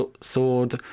sword